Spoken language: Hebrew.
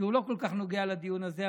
שלא כל כך נוגע לדיון הזה,